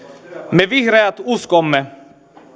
me vihreät uskomme